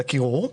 לקירור,